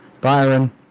Byron